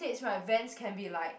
States right Vans can be like